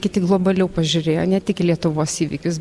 kiti globaliau pažiūrėjo ne tik į lietuvos įvykius